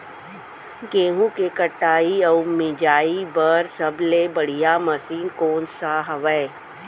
गेहूँ के कटाई अऊ मिंजाई बर सबले बढ़िया मशीन कोन सा हवये?